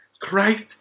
Christ